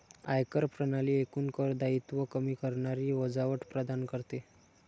आयकर प्रणाली एकूण कर दायित्व कमी करणारी वजावट प्रदान करते